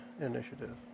initiative